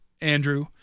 Andrew